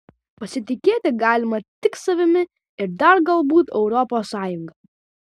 pasitikėti galime tik savimi ir dar galbūt europos sąjunga